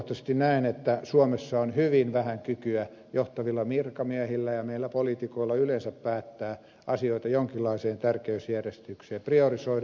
henkilökohtaisesti näen että suomessa on hyvin vähän kykyä johtavilla virkamiehillä ja meillä poliitikoilla yleensä päättää asioita jonkinlaiseen tärkeysjärjestykseen priorisoida niitä